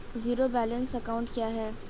Zero balance account क्या है?